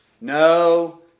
No